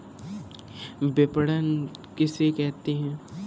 विपणन किसे कहते हैं?